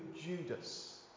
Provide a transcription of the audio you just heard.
Judas